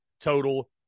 total